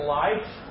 life